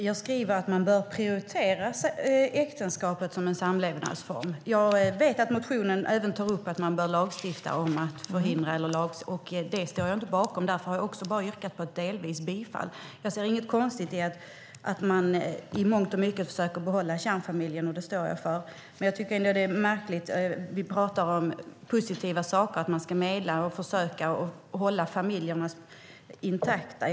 Herr talman! Jag skriver att äktenskapet bör prioriteras som samlevnadsform. Jag vet att det i motionen även står att man bör lagstifta om detta med att förhindra. Det står jag inte bakom. Därför har jag bara delvis yrkat bifall. Jag ser inget konstigt i att man i mångt och mycket försöker behålla kärnfamiljen. Det står jag för. Jag tycker ändå att det är märkligt. Vi talar ju om positiva saker - om att medla och försöka hålla familjerna intakta.